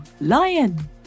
lion